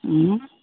हूँ